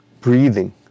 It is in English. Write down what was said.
breathing